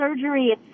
surgery